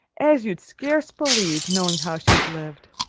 as you'd scarce believe, knowing how she's lived.